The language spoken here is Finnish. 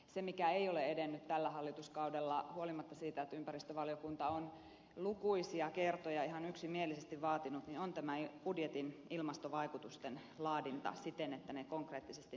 se mikä ei ole edennyt tällä hallituskaudella huolimatta siitä että ympäristövaliokunta on lukuisia kertoja ihan yksimielisesti vaatinut sitä on tämä budjetin ilmastovaikutusten laadinta siten että ne konkreettisesti näkyisivät